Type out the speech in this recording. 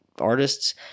artists